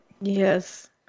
Yes